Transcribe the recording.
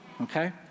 Okay